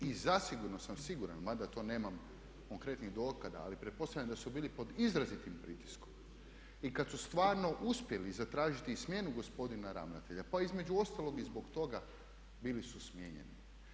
I zasigurno sam siguran, mada to nemam konkretnih dokaza ali pretpostavljam da su bili pod izrazitim pritiskom i kad su stvarno uspjeli zatražiti i smjenu gospodina ravnatelja pa između ostalog i zbog toga bili su smijenjeni.